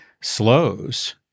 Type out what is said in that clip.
slows